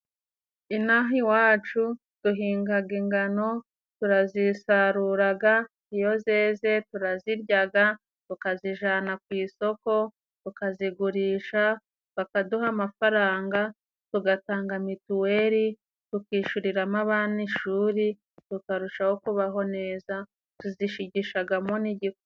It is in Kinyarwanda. Inaha iwacu duhingaga ingano turazisaruraga iyo zeze turaziryaga, tukazijana ku isoko ukazigurisha bakaduha amafaranga tugatanga mituweli, tukishuriramo abana ishuri, tukarushaho kubaho neza tuzishigishagamo n'igi...